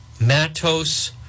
Matos